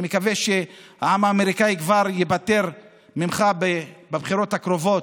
אני מקווה שהעם האמריקאי כבר ייפטר ממך בבחירות הקרובות,